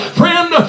friend